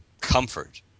comfort